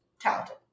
talented